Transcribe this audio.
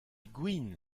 gwin